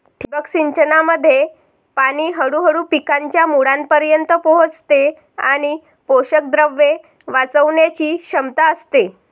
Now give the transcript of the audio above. ठिबक सिंचनामध्ये पाणी हळूहळू पिकांच्या मुळांपर्यंत पोहोचते आणि पोषकद्रव्ये वाचवण्याची क्षमता असते